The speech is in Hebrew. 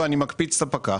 ואני מקפיץ את הפקח.